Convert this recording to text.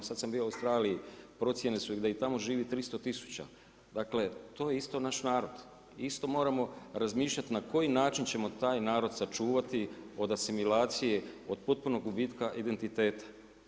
Sad sam bio i u Australiji, procjena su da i tamo živi 300000 dakle, to je isto naš narod i isto moramo razmišljati na koji način ćemo taj narod sačuvati od asimilacije, od potpunog gubitka identiteta.